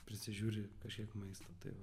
prisižiūri kažkiek maistą tai va